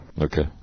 okay